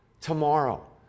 tomorrow